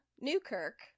Newkirk